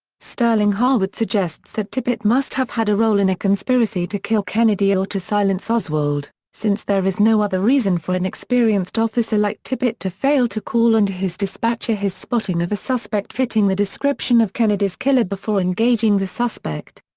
sterling harwood suggests that tippit must have had a role in a conspiracy to kill kennedy or to silence oswald, since there is no other reason for an experienced officer like tippit to fail to call in to and his dispatcher his spotting of a suspect fitting the description of kennedy's killer before engaging the suspect.